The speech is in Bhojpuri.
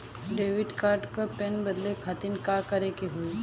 डेबिट कार्ड क पिन बदले खातिर का करेके होई?